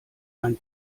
ein